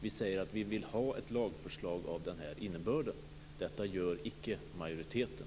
Vi säger att vi vill ha ett lagförslag av den här innebörden. Detta gör icke majoriteten.